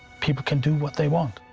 people can do what they want.